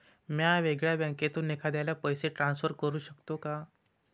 म्या वेगळ्या बँकेतून एखाद्याला पैसे ट्रान्सफर करू शकतो का?